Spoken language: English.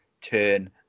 turn